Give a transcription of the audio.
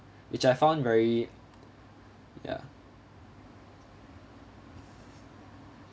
which I found very ya